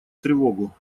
тревогу